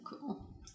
cool